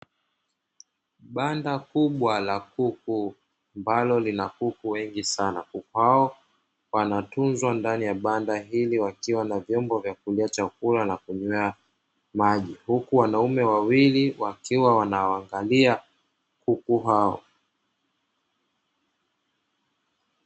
Banda kubwa la kuku ambalo lina kuku wengi sana. Kuku hao wanatunzwa ndani ya banda hili wakiwa na vyombo vya kulia chakula na kunywa maji. Huku wanaume wawili wakiwa wanawaangalia kuku hao.